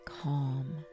calm